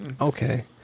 Okay